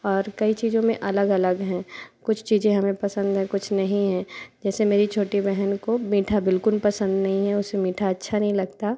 और कई चीजों में अलग अलग हैं कुछ चीजें हमें पसंद हैं कुछ नहीं हैं जैसे मेरी छोटी बहन को मीठा बिल्कुल पसंद नहीं है उसे मीठा अच्छा नहीं लगता